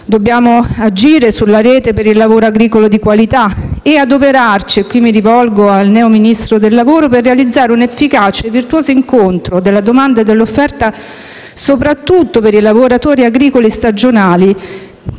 Dobbiamo agire sulla rete per il lavoro agricolo di qualità e adoperarci - e qui mi rivolgo al neo Ministro del lavoro - per realizzare un efficace e virtuoso incontro della domanda e dell'offerta, soprattutto per i lavoratori agricoli stagionali,